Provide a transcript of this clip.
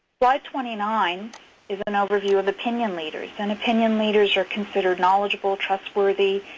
slide twenty nine is an overview of opinion leaders. and opinion leaders are considered knowledgeable, trustworthy,